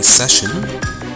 session